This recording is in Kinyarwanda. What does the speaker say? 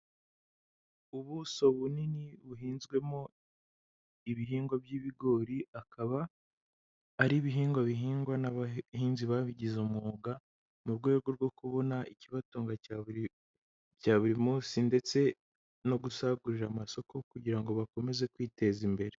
Ubuso bunini buhinzwemo ibihingwa by'ibigori. Akaba ari ibihingwa bihingwa n'abahinzi babigize umwuga, mu rwego rwo kubona ikibatunga cya buri munsi, ndetse no gusagurira amasoko kugira ngo bakomeze kwiteza imbere.